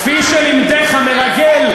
כפי שלימדך המרגל,